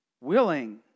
willing